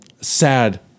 Sad